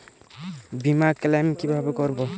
বিমা ক্লেম কিভাবে করব?